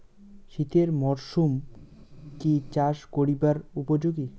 শীতের মরসুম কি চাষ করিবার উপযোগী?